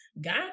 God